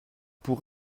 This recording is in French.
pour